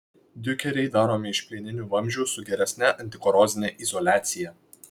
diukeriai daromi iš plieninių vamzdžių su geresne antikorozine izoliacija